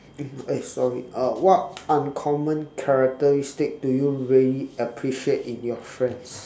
mm eh sorry uh what uncommon characteristic do you really appreciate in your friends